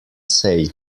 say